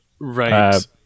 Right